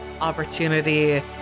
opportunity